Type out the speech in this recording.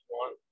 one